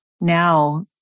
now